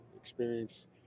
experience